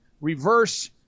reverse